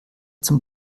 zum